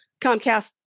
Comcast